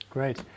Great